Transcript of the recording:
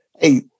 Hey